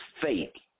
fake